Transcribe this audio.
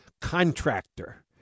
contractor